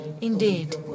indeed